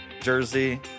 jersey